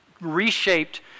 reshaped